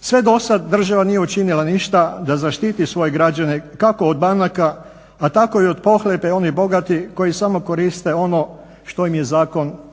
Sve do sada država nije učinila ništa da zaštiti svoje građane kako od banaka pa tako i od pohlepe onih bogatih koji samo koriste ono što im je zakon dozvolio.